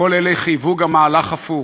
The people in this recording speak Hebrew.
כל אלה חייבו גם מהלך הפוך.